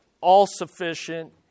all-sufficient